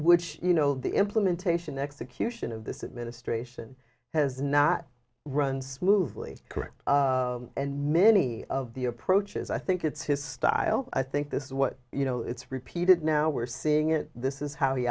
which you know the implementation execution of this administration has not run smoothly correct and many of the approaches i think it's his style i think this is what you know it's repeated now we're seeing it this is how